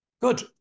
Good